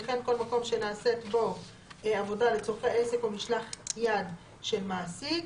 וכן כל מקום שנעשית בו עבודה לצורכי עסק או משלח יד של מעסיק,